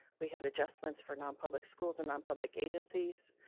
we had adjustments for non-public schools and non-public agencies.